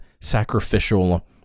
sacrificial